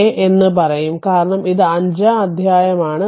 A എന്ന് പറയും കാരണം ഇത് അഞ്ചാം അധ്യായമാണ്